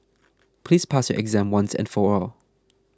please pass your exam once and for all